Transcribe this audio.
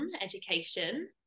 education